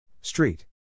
Street